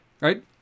right